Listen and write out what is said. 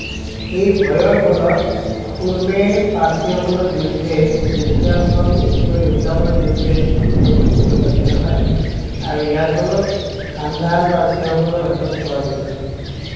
এই ভয়ৰ ফলত খুৰমে পাৰ্চীসকলৰ বিৰুদ্ধে যুঁজ দিয়াৰ সলনি তেওঁৰ দেউতাকৰ বিৰুদ্ধে বিদ্ৰোহ কৰিবলৈ বাধ্য হয় আৰু ইয়াৰ ফলত কান্দাহাৰ পাৰ্চীসকলৰ হাতত পৰাজিত হয়